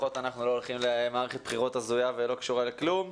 לפחות אנחנו לא הולכים למערכת בחירות הזויה ולא קשורה לכלום.